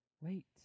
wait